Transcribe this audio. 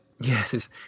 Yes